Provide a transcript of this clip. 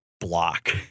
block